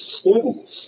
students